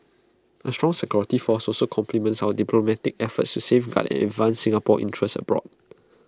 A strong security force also complements our diplomatic efforts to safeguard and advance Singapore's interests abroad